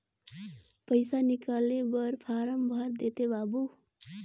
पइसा निकाले बर फारम भर देते बाबु?